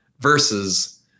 Versus